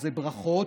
אז ברכות.